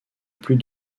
plus